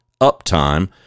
uptime